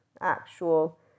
actual